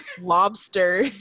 lobster